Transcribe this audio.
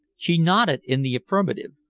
she nodded in the affirmative,